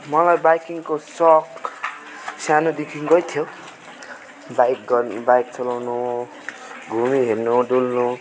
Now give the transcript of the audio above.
मलाई बाइकिङको सोक सानोदेखिकै थियो बाइक गर बाइक चलाउनु घुमी हिँड्नु डुल्नु